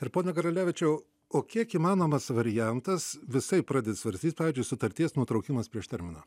ir pone karalevičiau o kiek įmanomas variantas visaip pradėt svarstyt pavyzdžiui sutarties nutraukimas prieš terminą